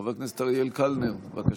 חבר הכנסת אריאל קלנר, בבקשה.